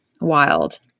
wild